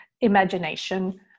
imagination